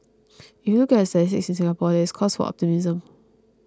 if you look at the statistics in Singapore there is cause for optimism